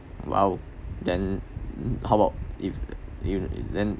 !wow! then how about if you then